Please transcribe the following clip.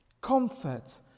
Comfort